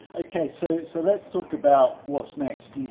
okay, so so let's talk about what's next,